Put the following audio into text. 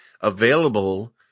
available